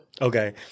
Okay